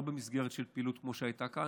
לא במסגרת של פעילות כמו שהייתה כאן.